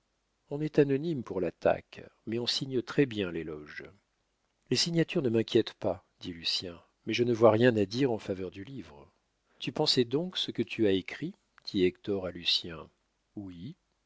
on est anonyme pour l'attaque mais on signe très-bien l'éloge les signatures ne m'inquiètent pas dit lucien mais je ne vois rien à dire en faveur du livre tu pensais donc ce que tu as écrit dit hector à lucien oui